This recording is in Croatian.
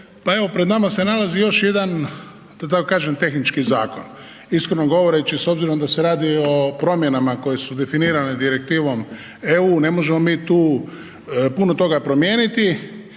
pred nama se nalazi još jedan da tako kažem tehnički zakon. Iskreno govoreći s obzirom da se radi o promjenama koje su definirane direktivom EU ne možemo mi tu puno toga promijeniti,